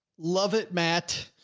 love it, matt.